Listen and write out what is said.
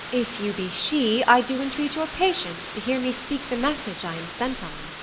if you be she, i do entreat your patience to hear me speak the message i am sent on.